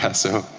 yeah so,